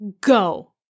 go